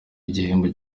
igihembo